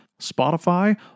Spotify